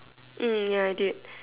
mm ya I did